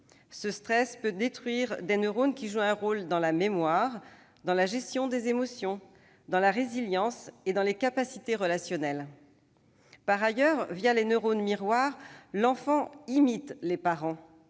Ce stress peut détruire des neurones qui jouent un rôle dans la mémoire, la gestion des émotions, la résilience et les capacités relationnelles. Par ailleurs, les neurones miroirs, l'enfant imite les parents.